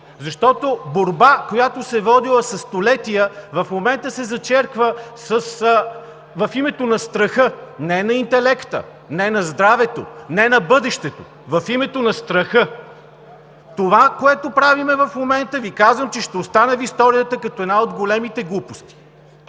защото борба, която се е водила със столетия, в момента се зачерква в името на страха. Не на интелекта, не на здравето, не на бъдещото – в името на страха! Това, което правим в момента, Ви казвам, че ще остане в историята като една от големите глупости.